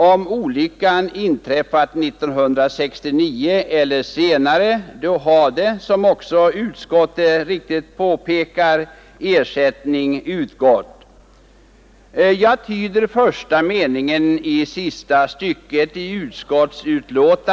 Om olyckan inträffat 1969 eller senare hade, som också utskottet riktigt påpekar, ersättning utgått enligt 1969 års kungörelse om särskilt olycksfallsskydd för värnpliktiga m.fl.